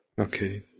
Okay